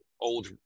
old